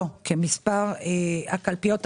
לא כמספר הקלפיות הרגילות.